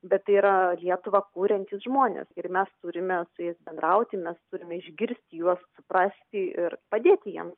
bet tai yra lietuvą kuriantys žmonės ir mes turime su jais bendrauti mes turime išgirsti juos suprasti ir padėti jiems